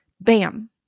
bam